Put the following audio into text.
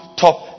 top